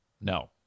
no